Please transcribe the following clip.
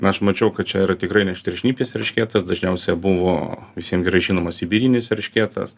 aš mačiau kad čia yra tikrai ne aštriašnipis eršketas dažniausia buvo visiem gerai žinomas sibirinis eršketas